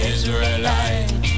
Israelite